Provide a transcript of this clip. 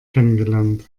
kennengelernt